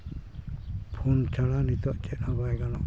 phone ᱪᱷᱟᱲᱟ ᱱᱤᱛᱚᱜ ᱪᱮᱫ ᱦᱚᱸ ᱵᱟᱭ ᱜᱟᱱᱚᱜᱼᱟ